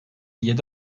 yedi